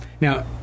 Now